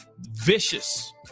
Vicious